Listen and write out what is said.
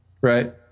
right